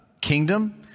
kingdom